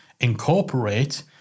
incorporate